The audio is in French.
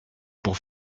pour